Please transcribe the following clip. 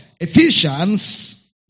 Ephesians